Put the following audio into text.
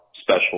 special